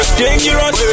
dangerous